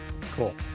cool